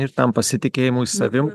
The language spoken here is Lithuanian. ir tam pasitikėjimui savim